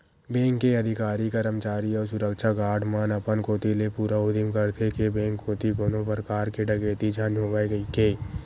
bank के अधिकारी, करमचारी अउ सुरक्छा गार्ड मन अपन कोती ले पूरा उदिम करथे के बेंक कोती कोनो परकार के डकेती झन होवय कहिके